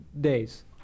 days